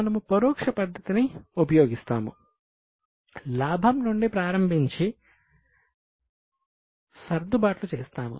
మనము పరోక్ష పద్ధతిని ఉపయోగిస్తాము లాభం నుండి ప్రారంభించి సర్దుబాట్లు చేస్తాము